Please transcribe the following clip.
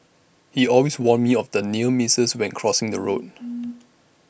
he always warn me of the near misses when crossing the road